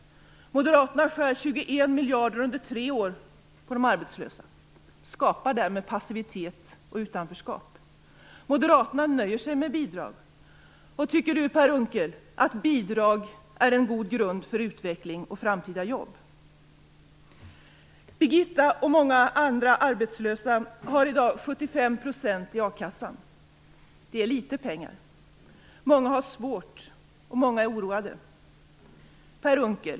Moderaterna skär 21 miljarder under tre år på de arbetslösa och skapar därmed passivitet och utanförskap. Moderaterna nöjer sig med bidrag. Tycker Per Unckel att bidrag är en god grund för utveckling och framtida jobb? Birgitta och många andra arbetslösa har i dag 75 % i a-kassa. Det är litet pengar. Många har det svårt, och många är oroade.